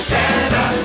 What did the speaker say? Santa